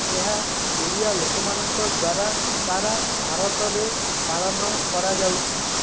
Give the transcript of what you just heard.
ଏହା ଓଡ଼ିଆ ଲୋକମାନଙ୍କଦ୍ୱାରା ସାରା ଭାରତରେ ପାଳନ କରାଯାଉଛି